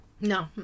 No